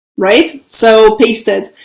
right, so pasted.